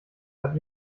hat